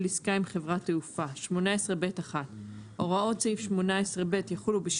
עסקה עם חברת תעופה הוראות סעיף 18ב יחולו,